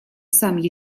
сам